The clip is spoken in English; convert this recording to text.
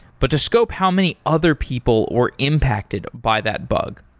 but to scope how many other people were impacted by that bug.